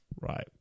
right